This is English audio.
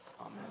Amen